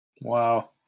wow